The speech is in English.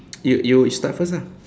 you you you start first ah